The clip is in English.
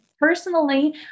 Personally